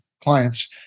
clients